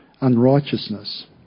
unrighteousness